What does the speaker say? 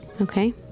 Okay